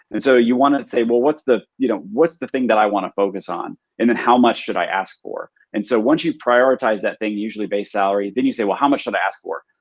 and so you wanna say, what's the you know what's the thing that i wanna focus on? and then how much should i ask for? and so once you prioritize that thing. usually base salary. then you say, well, how much should i ask for?